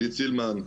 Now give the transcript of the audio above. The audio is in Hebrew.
עידית סילמן,